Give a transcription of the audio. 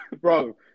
bro